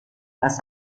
las